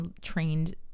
trained